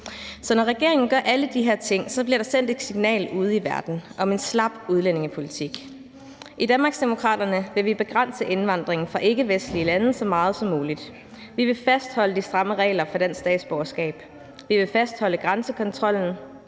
Når regeringen gør alle de her ting, bliver der sendt et signal ude i verden om, at vi har en slap udlændingepolitik. I Danmarksdemokraterne vil vi begrænse indvandringen fra ikkevestlige lande så meget som muligt. Vil vi fastholde de stramme regler for dansk statsborgerskab, vi vil fastholde grænsekontrollen,